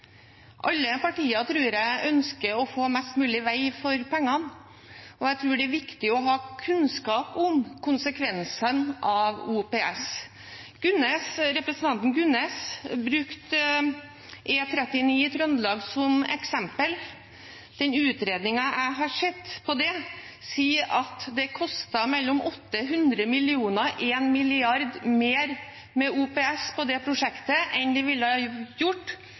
ønsker å få mest mulig vei for pengene, og jeg tror det er viktig å ha kunnskap om konsekvensene av OPS. Representanten Gunnes brukte E39 i Trøndelag som eksempel. Den utredningen jeg har sett om det, sier at det kostet mellom 800 mill. kr og 1 mrd. kr mer med OPS på det prosjektet enn det ville ha gjort